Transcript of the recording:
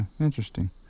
interesting